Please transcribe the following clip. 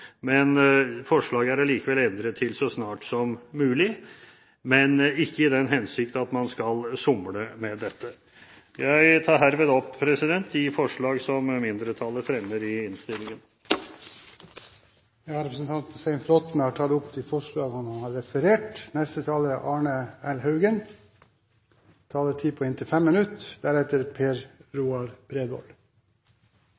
men forslaget er allikevel endret til «så snart som mulig», men ikke i den hensikt at man skal somle med dette. Jeg tar herved opp de forslag som mindretallet fremmer i innstillingen. Representanten Svein Flåtten har tatt opp de forslagene han har referert til. Takk til saksordfører for en grei gjennomgang av disse to sakene som er